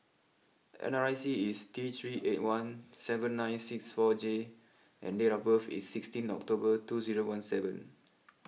N R I C is T three eight one seven nine six four J and date of birth is sixteen October two zero one seven